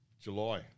July